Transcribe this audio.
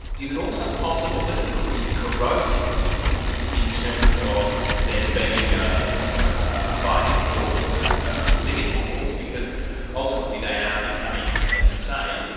is it also possible that it could be corrosive in terms of them being a ah kind of ah fighting force, a political force? because ultimately they are becoming, as you say,